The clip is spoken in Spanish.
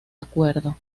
acuerdo